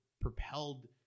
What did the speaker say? propelled